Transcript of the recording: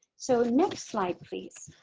so next slide please.